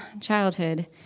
childhood